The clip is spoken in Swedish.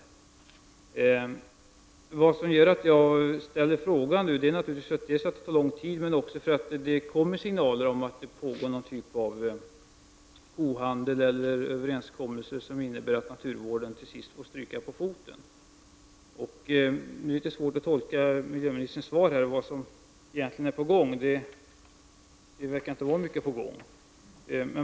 Anledningen till att jag ställt frågan är naturligtvis att det har tagit så lång tid men också att det har kommit signaler om att det pågår något slags kohandel och att det träffats överenskommelser, som innebär att naturvården till sist får stryka på foten. Det är litet svårt att tolka miljöministerns svar och se vad som egentligen är på gång. Det verkar inte vara mycket på gång.